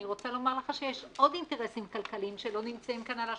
אני רוצה לומר לך שיש עוד אינטרסים כלכליים שלא נמצאים כאן על השולחן.